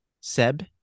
Seb